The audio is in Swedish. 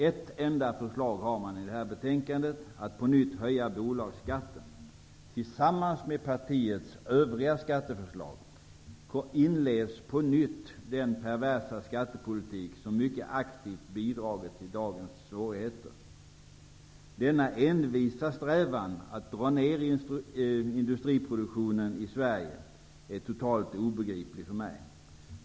Ett enda förslag har man i det här betänkandet, nämligen om att bolagsskatten på nytt skall höjas. Tillsammans med partiets övriga skatteförslag inleds på nytt den perversa skattepolitik som mycket aktivt bidragit till dagens svårigheter. Denna envisa strävan att dra ner industriproduktionen i Sverige är för mig totalt obegriplig.